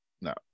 no